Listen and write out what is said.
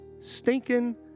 stinking